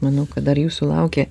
manau kad dar jūsų laukia